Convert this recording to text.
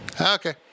Okay